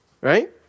right